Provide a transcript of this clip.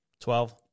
Twelve